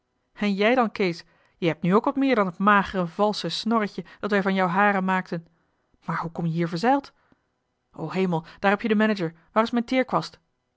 en jij dan kees jij hebt nu ook wat meer dan het magere valsche snorretje dat wij van jouw haren maakten maar hoe kom je hier verzeild o hemel daar heb je den manager waar